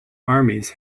armies